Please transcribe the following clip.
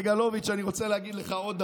וסגלוביץ', אני רוצה להגיד לך עוד דבר.